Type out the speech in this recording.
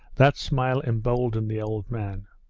that smile emboldened the old man.